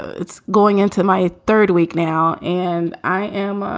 it's going into my third week now. and i am ah